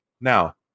Now